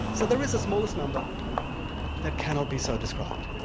so there is a smallest number that cannot be so described.